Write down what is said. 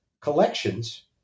collections